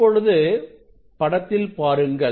இப்பொழுது படத்தில் பாருங்கள்